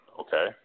Okay